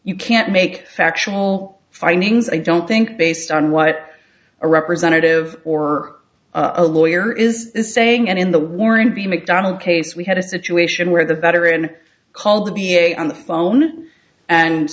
you can't make factual findings i don't think based on what a representative or a lawyer is saying and in the warning be mcdonald case we had a situation where the veteran called the v a on the phone and